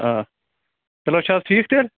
آ چَلو چھِ حظ ٹھیٖک تیٚلہِ